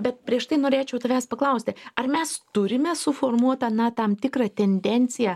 bet prieš tai norėčiau tavęs paklausti ar mes turime suformuotą na tam tikrą tendenciją